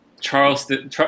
Charleston